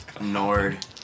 Nord